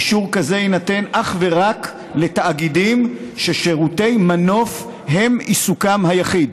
אישור כזה יינתן אך ורק לתאגידים ששירותי מנוף הם עיסוקם היחיד.